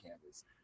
canvas